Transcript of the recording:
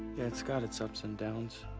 yeah, it's got its ups and downs.